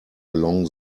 along